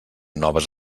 noves